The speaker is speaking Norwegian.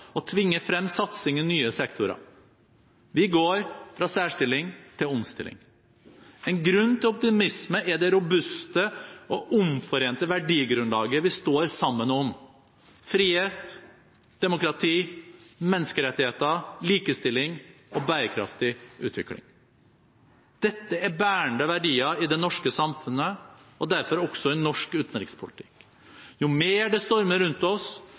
og tvinger frem satsing i nye sektorer. Vi går fra særstilling til omstilling. En grunn til optimisme er det robuste og omforente verdigrunnlaget vi står sammen om: frihet, demokrati, menneskerettigheter, likestilling og bærekraftig utvikling. Dette er bærende verdier i det norske samfunnet og derfor også i norsk utenrikspolitikk. Jo mer det stormer rundt oss,